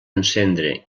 encendre